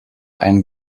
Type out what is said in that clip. einem